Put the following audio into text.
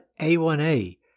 A1A